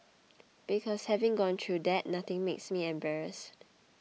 because having gone through that nothing makes me embarrassed